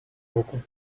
руку